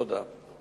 תודה.